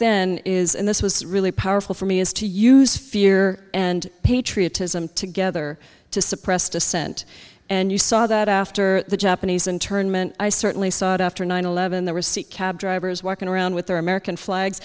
then is and this was really powerful for me is to use fear and patriotism together to suppress dissent and you saw that after the japanese internment i certainly saw after nine eleven the receipt cabdrivers walking around with their american flags